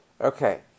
Okay